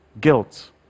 guilt